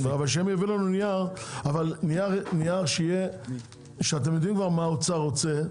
תביאו לנו נייר כשאתם כבר יודעים מה האוצר רוצה.